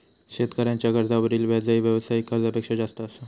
शेतकऱ्यांच्या कर्जावरील व्याजही व्यावसायिक कर्जापेक्षा जास्त असा